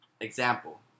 Example